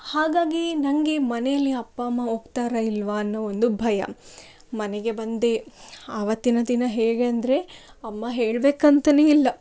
ಹಾಗಾಗಿ ನಂಗೆ ಮನೆಯಲ್ಲಿ ಅಪ್ಪ ಅಮ್ಮ ಒಪ್ತಾರ ಇಲ್ವಾ ಅನ್ನೋ ಒಂದು ಭಯ ಮನೆಗೆ ಬಂದೇ ಆವತ್ತಿನ ದಿನ ಹೇಗೆ ಅಂದರೆ ಅಮ್ಮ ಹೇಳ್ಬೇಕಂತ ಇಲ್ಲ